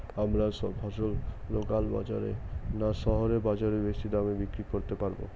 আমরা ফসল লোকাল বাজার না শহরের বাজারে বেশি দামে বিক্রি করতে পারবো?